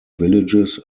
villages